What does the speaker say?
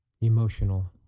emotional